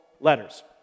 letters